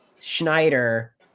Schneider